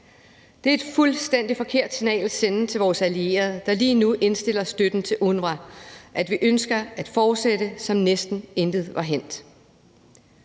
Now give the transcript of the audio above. Det er et fuldstændig forkert signal at sende til vores allierede, der lige nu indstiller støtten til UNRWA, at vi ønsker at fortsætte, som om næsten intet var hændt.